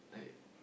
like